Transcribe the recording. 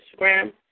Instagram